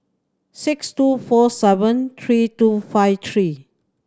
six two four seven three two five three